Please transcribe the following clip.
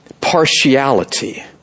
partiality